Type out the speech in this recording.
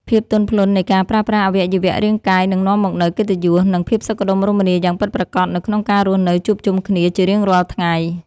ភាពទន់ភ្លន់នៃការប្រើប្រាស់អវយវៈរាងកាយនឹងនាំមកនូវកិត្តិយស និង ភាពសុខដុមរមនាយ៉ាងពិតប្រាកដនៅក្នុងការរស់នៅជួបជុំគ្នាជារៀងរាល់ថ្ងៃ។